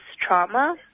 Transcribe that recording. trauma